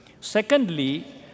Secondly